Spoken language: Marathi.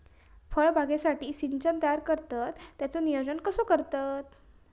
फळबागेसाठी सिंचन करतत त्याचो नियोजन कसो करतत?